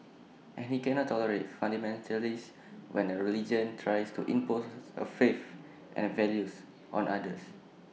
and he cannot tolerate fundamentalists when A religion tries to impose A faith and values on others